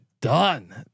done